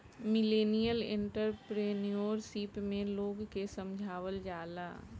millennial entrepreneurship में लोग के समझावल जाला